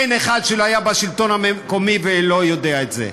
אין אחד שהיה בשלטון המקומי ולא יודע את זה,